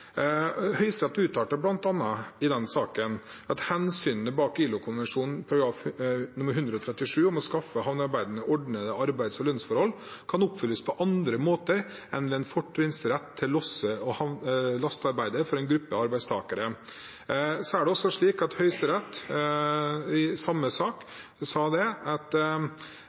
Høyesterett uttalte bl.a. i den saken at hensynene bak ILO-konvensjon nr. 137 om å skaffe havnearbeidere ordnede arbeids- og lønnsforhold, kan oppfylles på andre måter enn ved en fortrinnsrett til losse- og lastearbeider for en gruppe arbeidstakere. Så er det også slik at Høyesterett i samme sak uttalte at